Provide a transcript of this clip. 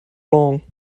long